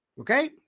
okay